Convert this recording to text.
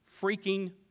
freaking